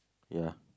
ya